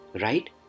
right